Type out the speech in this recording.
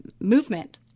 movement